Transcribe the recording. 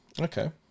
Okay